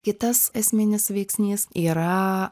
kitas esminis veiksnys yra